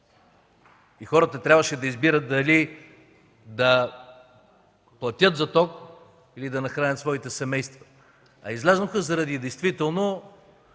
Хората трябваше да избират дали да платят за ток, или да нахранят своите семейства. Излязоха заради действително